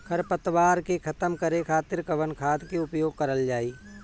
खर पतवार के खतम करे खातिर कवन खाद के उपयोग करल जाई?